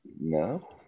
No